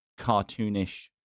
cartoonish